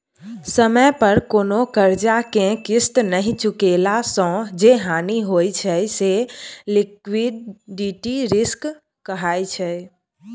समय पर कोनो करजा केँ किस्त नहि चुकेला सँ जे हानि होइ छै से लिक्विडिटी रिस्क कहाइ छै